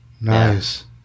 Nice